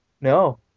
No